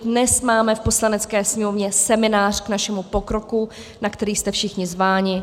Dnes máme v Poslanecké sněmovně seminář k našemu pokroku, na který jste všichni zváni.